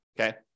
okay